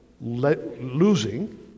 losing